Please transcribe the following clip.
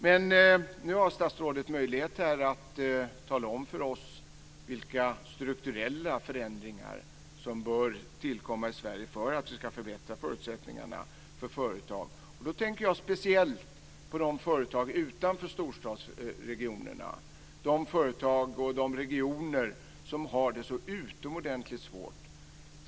Men nu har statsrådet möjlighet att tala om för oss vilka strukturella förändringar som bör tillkomma i Sverige för att vi ska förbättra förutsättningarna för företag. Då tänker jag speciellt på företagen utanför storstadsregionerna, de företag och de regioner som har det så utomordentligt svårt.